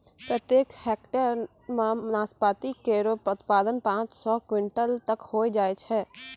प्रत्येक हेक्टेयर म नाशपाती केरो उत्पादन पांच सौ क्विंटल तक होय जाय छै